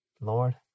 Lord